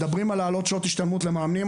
מדברים על להעלות שעות השתלמות למאמנים.